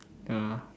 ya